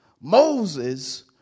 Moses